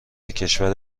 کشور